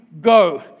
go